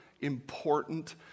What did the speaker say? important